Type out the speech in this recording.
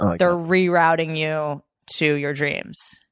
they're rerouting you to your dreams.